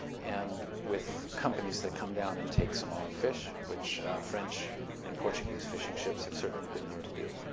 and with companies that come down and take somali fish, which french and portuguese fishing ships have certainly been known to do,